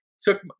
took